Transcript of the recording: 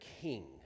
king